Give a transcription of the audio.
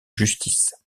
justice